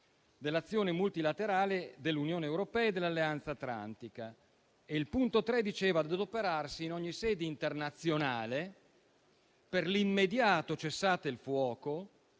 dell'azione multilaterale dell'Unione europea e dall'Alleanza atlantica. E il terzo punto impegnava ad adoperarsi in ogni sede internazionale per l'immediato cessate il fuoco